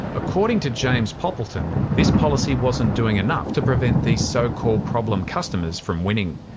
according to james poppleton this policy wasn't doing enough to prevent these so called problem customers from winning.